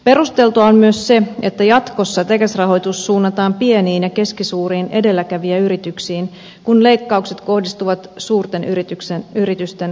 perusteltua on myös se että jatkossa tekes rahoitus suunnataan pieniin ja keskisuuriin edelläkävijäyrityksiin kun leikkaukset kohdistuvat suurten yritysten rahoitukseen